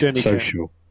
social